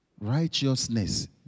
righteousness